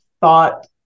thought